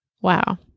Wow